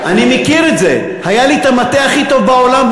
אני מכיר את זה: היה לי המטה הכי טוב בעולם,